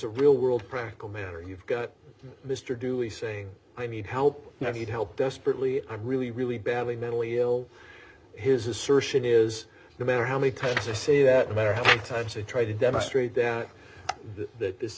a real world practical matter you've got mr dewey saying i need help now he'd help desperately i'm really really badly mentally ill his assertion is d no matter how many times or say that matter how many times they try to demonstrate that th